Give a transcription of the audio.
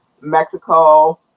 Mexico